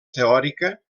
teòrica